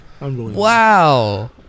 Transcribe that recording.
Wow